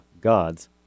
gods